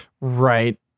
Right